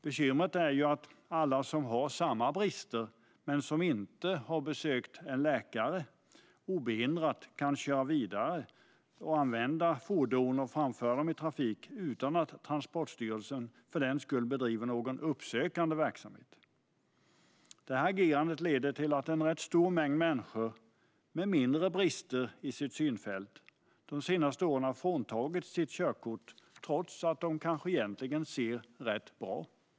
Bekymret är att alla som har samma brister men som inte har besökt en läkare obehindrat kan köra vidare och använda fordon och framföra dem i trafik utan att Transportstyrelsen bedriver någon uppsökande verksamhet. Detta agerande har lett till att en stor mängd människor med mindre brister i sitt synfält har fråntagits sitt körkort de senaste åren trots att de egentligen ser rätt bra.